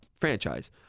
franchise